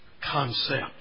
concept